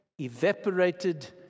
evaporated